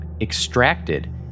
extracted